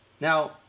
now